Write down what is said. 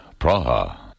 Praha